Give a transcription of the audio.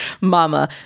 Mama